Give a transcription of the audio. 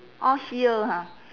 orh here ha